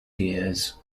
gears